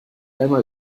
einmal